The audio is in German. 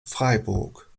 freiburg